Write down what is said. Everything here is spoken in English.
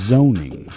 Zoning